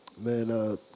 Man